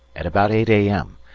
at about eight a m,